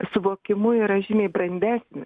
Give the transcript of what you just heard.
suvokimu yra žymiai brandesnis